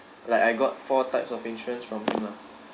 like I got four types of insurance from him lah